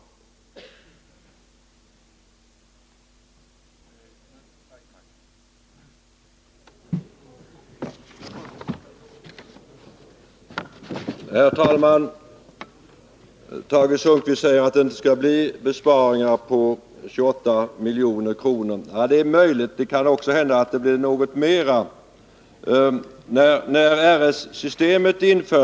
Sättet att fastställa